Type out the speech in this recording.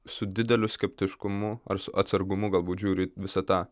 su dideliu skeptiškumu ar atsargumu galbūt žiūriu į visą tą